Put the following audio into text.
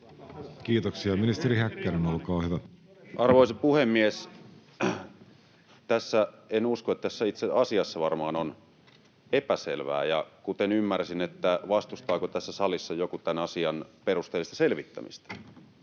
kesk) Time: 16:51 Content: Arvoisa puhemies! En usko, että tässä itse asiassa varmaankaan on epäselvää. Kuten ymmärsin: vastustaako tässä salissa joku tämän asian perusteellista selvittämistä?